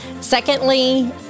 Secondly